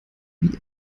wie